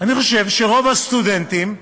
אני חושב שרוב הסטודנטים,